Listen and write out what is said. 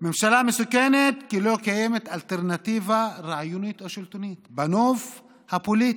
הממשלה מסוכנת כי לא קיימת אלטרנטיבה רעיונית או שלטונית בנוף הפוליטי,